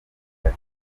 ati